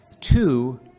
Two